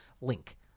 Link